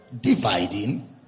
dividing